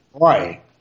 Right